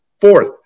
Fourth